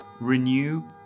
renew